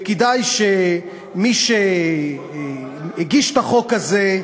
וכדאי שמי שהגיש את החוק הזה,